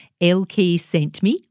LKSENTME